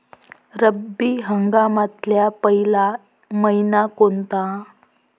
रब्बी हंगामातला पयला मइना कोनता?